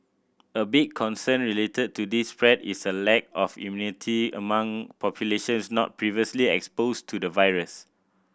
a big concern related to this spread is a lack of immunity among populations not previously exposed to the virus